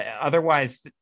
Otherwise